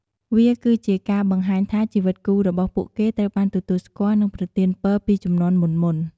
វាគឺជាការបង្ហាញថាជីវិតគូរបស់ពួកគេត្រូវបានទទួលស្គាល់ និងប្រទានពរពីជំនាន់មុនៗ។